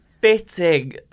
fitting